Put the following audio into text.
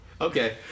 Okay